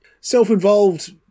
self-involved